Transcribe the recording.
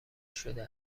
شده